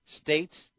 states